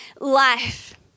life